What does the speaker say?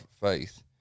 faith